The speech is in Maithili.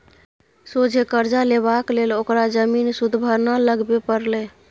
सोझे करजा लेबाक लेल ओकरा जमीन सुदभरना लगबे परलै